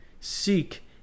seek